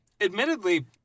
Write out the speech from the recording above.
admittedly